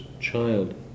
child